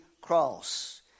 cross